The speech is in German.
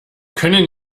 können